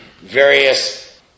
various